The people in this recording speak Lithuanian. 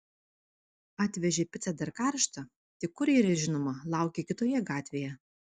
atvežė picą dar karštą tik kurjeris žinoma laukė kitoje gatvėje